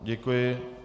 Děkuji.